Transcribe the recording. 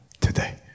today